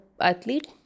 athlete